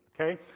Okay